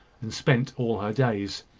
and spent all her days.